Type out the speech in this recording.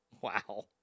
Wow